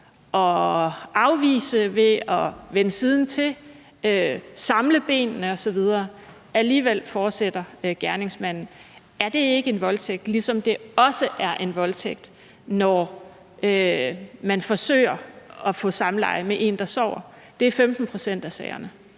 at afvise ved at vende siden til, samle benene osv., og alligevel fortsætter gerningsmanden. Er det ikke en voldtægt, ligesom det også er en voldtægt, når man forsøger at få samleje med en, der sover? Sådan er det i 15 pct. af sagerne.